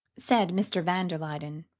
said mr. van der luyden.